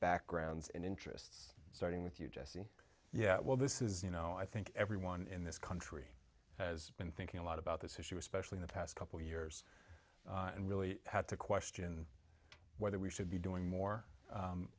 backgrounds and interests starting with you jesse yeah well this is you know i think everyone in this country has been thinking a lot about this issue especially the past couple years and really had to question whether we should be doing more